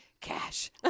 cash